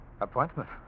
Appointment